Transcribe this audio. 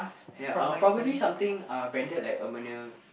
ya uh probably something uh branded like